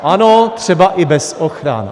Ano, třeba i bez ochran.